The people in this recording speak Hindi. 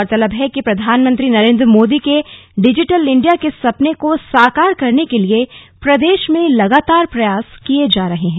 गौरतलब है कि प्रधानमंत्री नरेंद्र मोदी के डिजिटल इंडिया के सपने को साकार करने के लिए प्रदेश में लगातार प्रयास किए जा रहे हैं